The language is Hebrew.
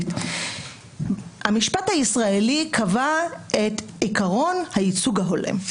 המשפט הישראלי קבע את עקרון הייצוג ההולם,